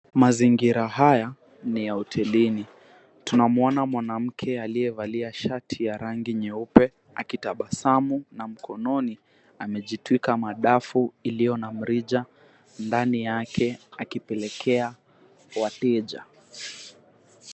Mazingira haya ni ya hotelini. Tunamuona mwanamke aliyevalia shati ya rangi nyeupe akitabasamu na mkononi amejitwika madafu iliyo na mrija ndani yake akipelekea wateja.